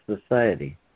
Society